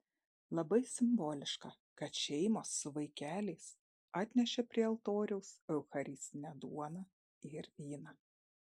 labai simboliška kad šeimos su vaikeliais atnešė prie altoriaus eucharistinę duoną ir vyną